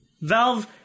Valve